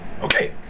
Okay